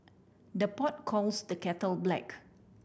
the pot calls the kettle black